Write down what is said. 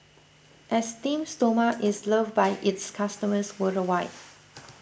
Esteem Stoma is loved by its customers worldwide